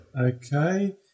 Okay